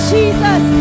Jesus